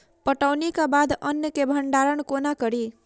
कटौनीक बाद अन्न केँ भंडारण कोना करी?